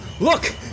look